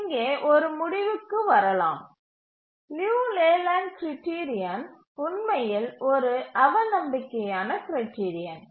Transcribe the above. இங்கே ஒரு முடிவுக்கு வரலாம் லியு லேலண்ட் கிரைடிரியன் உண்மையில் ஒரு அவநம்பிக்கையான கிரைடிரின்